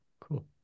cool